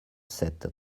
sept